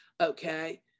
Okay